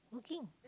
working